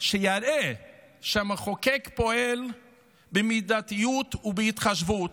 שיראה שהמחוקק פועל במידתיות ובהתחשבות,